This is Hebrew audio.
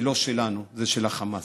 זה לא שלנו, זה של החמאס.